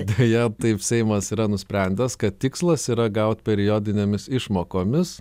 deja taip seimas yra nusprendęs kad tikslas yra gaut periodinėmis išmokomis